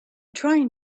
trying